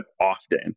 often